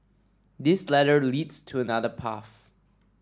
this ladder leads to another path